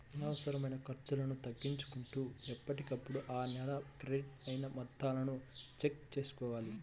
అనవసరమైన ఖర్చులను తగ్గించుకుంటూ ఎప్పటికప్పుడు ఆ నెల క్రెడిట్ అయిన మొత్తాలను చెక్ చేసుకోవాలి